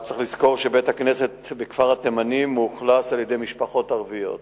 צריך לזכור שבית-הכנסת בכפר-התימנים מאוכלס במשפחות ערביות.